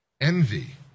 Envy